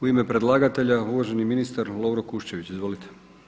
U ime predlagatelja uvaženi ministar Lovro Kuščević, izvolite.